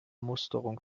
musterung